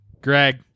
Greg